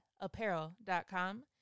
apparel.com